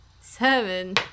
Seven